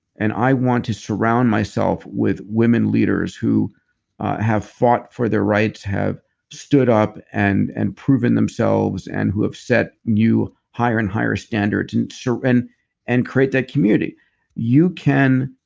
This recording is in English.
and i want to surround myself with women leaders who have fought for their rights, have stood up and and proven themselves, and who have set you higher and higher standards and and create that community you can.